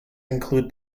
include